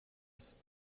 است